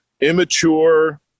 immature